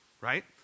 right